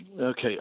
Okay